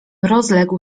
rozległ